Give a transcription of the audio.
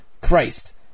Christ